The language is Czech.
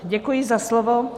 Děkuji za slovo.